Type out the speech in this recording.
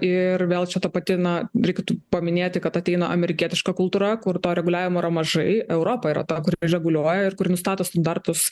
ir vėl čia ta pati na reiktų paminėti kad ateina amerikietiška kultūra kur to reguliavimo yra mažai europa yra ta kuri reguliuoja ir kuri nustato standartus